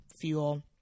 fuel